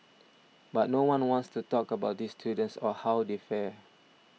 but no one wants to talk about these students or how they fare